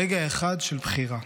רגע אחד של בחירה.